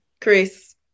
Chris